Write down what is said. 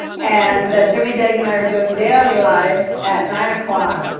and jimmy dague and i are doing daily lives at nine o'clock.